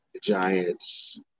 Giants